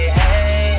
hey